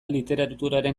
literaturaren